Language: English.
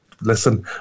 listen